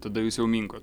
tada jūs jau minkot